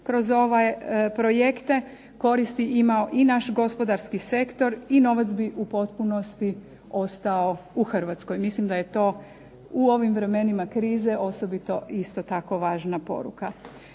kroz projekte, koristi imao i naš gospodarski sektor i novac bi u potpunosti ostao u Hrvatskoj. Mislim da je to u ovim vremenima krize osobito isto tako važna poruka.